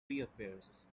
reappears